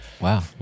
Wow